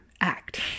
act